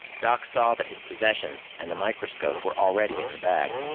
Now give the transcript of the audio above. doc saw that his possessions and the microscope were already in the bag.